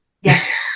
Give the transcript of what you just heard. Yes